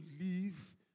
leave